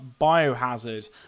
Biohazard